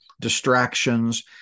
distractions